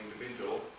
individual